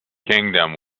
kingdom